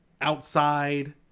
Outside